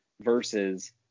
versus